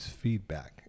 feedback